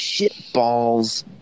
shitballs